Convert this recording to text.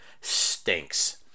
stinks